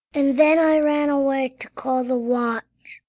and then i ran away to call the watch.